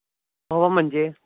हो म्हणजे